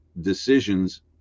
decisions